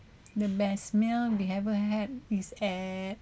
the best meal they ever had is at